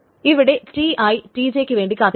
ഇവിടെ Ti Tj ക്ക് വേണ്ടി കാത്തിരിക്കുന്നു